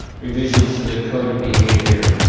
revisions to the code of behavior.